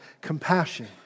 compassion